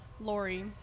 Lori